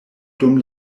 dum